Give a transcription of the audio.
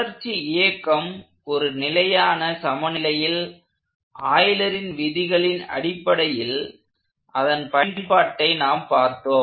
சுழற்சி இயக்கம் ஒரு நிலையான சமநிலையில் ஆய்லரின் விதிகளின் அடிப்படையில் அதன் பயன்பாட்டை நாம் பார்த்தோம்